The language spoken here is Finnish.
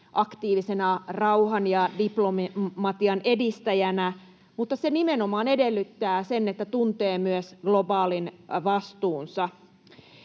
aktiivisena rauhan ja diplomatian edistäjänä, mutta se nimenomaan edellyttää sitä, että tuntee myös globaalin vastuunsa.